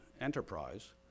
Enterprise